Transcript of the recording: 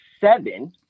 seven